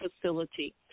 facility